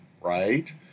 right